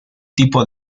tipo